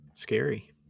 scary